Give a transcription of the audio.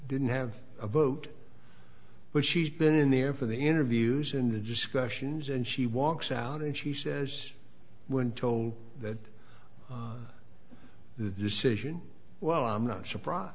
didn't have a vote but she's been in there for the interviews in the discussions and she walks out and she says when told that the decision well i'm not surprised